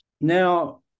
Now